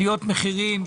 עליית מחירי המים,